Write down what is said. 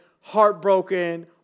heartbroken